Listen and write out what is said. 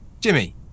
Jimmy